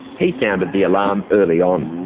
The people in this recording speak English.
he sounded the alarm early on.